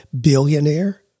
billionaire